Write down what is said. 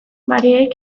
mareek